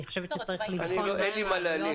אני חושבת שצריך לבחון מהן העלויות --- אין לי מה להלין.